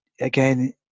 again